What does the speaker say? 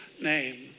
name